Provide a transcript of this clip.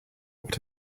what